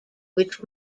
which